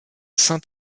saint